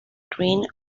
green